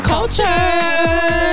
Culture